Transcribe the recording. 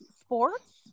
sports